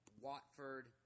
Watford